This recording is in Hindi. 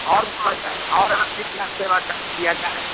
और जाए और आपकी क्या सेवा का किया जाए